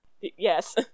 Yes